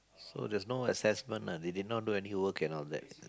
so there's no assessment lah they did not do any work and all that